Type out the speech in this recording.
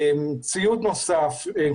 ציוד נוסף,